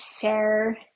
share